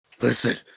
Listen